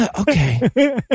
okay